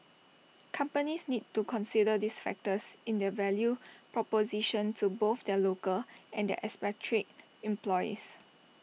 companies need to consider these factors in their value proposition to both their local and their expatriate employees